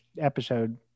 episode